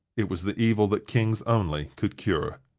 it was the evil that kings only could cure.